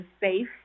safe